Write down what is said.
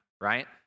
right